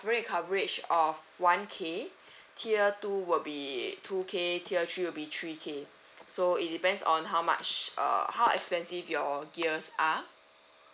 ~fering coverage of one K tier two will be two K tier three will be three K so it depends on how much uh how expensive your gears are